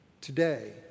Today